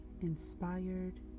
inspired